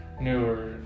newer